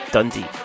Dundee